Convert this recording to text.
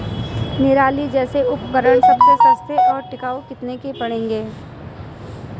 निराई जैसे उपकरण सबसे सस्ते और टिकाऊ कितने के पड़ेंगे?